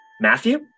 Matthew